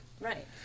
Right